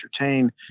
entertain